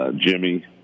Jimmy